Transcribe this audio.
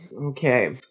Okay